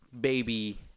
baby